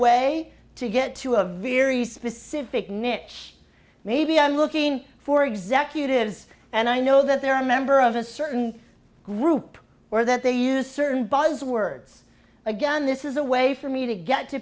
way to get to a very specific niche maybe i'm looking for executives and i know that they're a member of a certain group or that they use certain buzz words again this is a way for me to get t